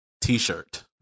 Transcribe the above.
T-shirt